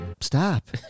stop